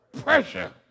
Pressure